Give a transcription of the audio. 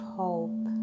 hope